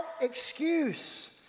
excuse